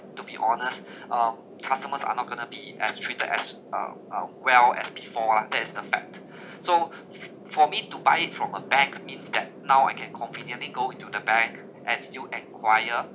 to be honest um customers are not going to be as treated as um uh well as before lah that is the fact so f~ for me to buy it from a back means that now I can conveniently go into the bank and still enquire